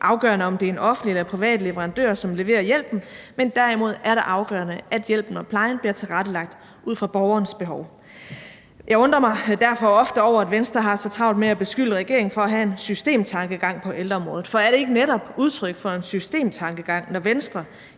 afgørende, om det er en offentlig eller privat leverandør, som leverer hjælpen, men derimod er det afgørende, at hjælpen og plejen bliver tilrettelagt ud fra borgerens behov. Jeg undrer mig derfor ofte over, at Venstre har så travlt med at beskylde regeringen for at have en systemtankegang på ældreområdet, for er det ikke netop udtryk for en systemtankegang, når Venstre